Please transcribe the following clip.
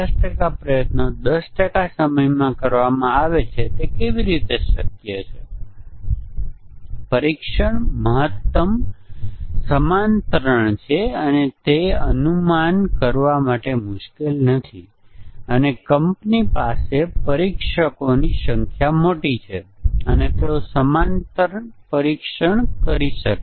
સરળ પ્રોગ્રામિંગ ભૂલો પર મ્યુટેશન ટેસ્ટીંગ ખૂબ અસરકારક છે જે પ્રોગ્રામ લખતી વખતે પ્રોગ્રામરે સરળ ભૂલો કરી હતી પરંતુ વધુ જટિલ પ્રકારની ભૂલો જેમ કે અલ્ગોરિધમિક બગ્સ પરફોર્મન્સ બગ્સ અને તેથી મ્યુટેશન ટેસ્ટીંગ તે અસરકારક ન હોઈ શકે